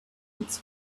its